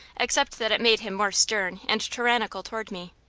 except that it made him more stern and tyrannical toward me.